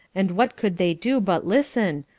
and what could they do but listen,